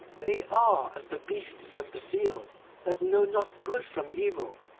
they are as the beasts of the field that know not good from evil,